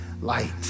light